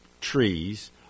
trees—